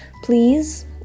please